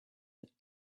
that